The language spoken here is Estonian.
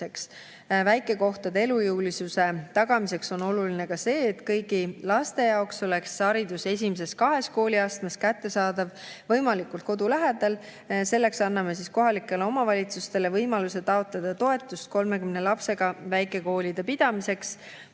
Väikekohtade elujõulisuse tagamiseks on oluline ka see, et kõigi laste jaoks oleks haridus esimeses kahes kooliastmes kättesaadav võimalikult kodu lähedal. Selleks anname kohalikele omavalitsustele võimaluse taotleda toetust 30 lapsega väikekoolide pidamiseks.